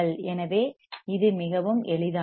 எனவே இது மிகவும் எளிதானது